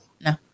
no